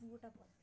টোপ